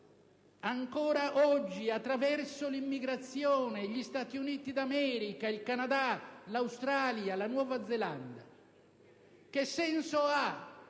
ancora oggi, attraverso l'immigrazione, gli Stati Uniti d'America, il Canada, l'Australia, la Nuova Zelanda? Che senso ha